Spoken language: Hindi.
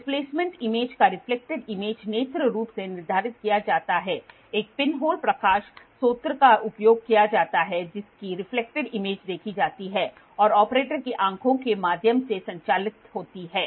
डिस्प्लेसमेंट इमेज का रिफ्लेक्टेड इमेज नेत्र रूप से निर्धारित किया जाता हैएक पिनहोल प्रकाश स्रोत का उपयोग किया जाता है जिसकी रिफ्लेक्टेड इमेज देखी जाती है और ऑपरेटर की आंखों के माध्यम से संचालित होती है